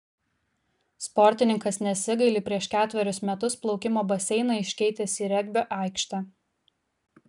sportininkas nesigaili prieš ketverius metus plaukimo baseiną iškeitęs į regbio aikštę